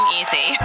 easy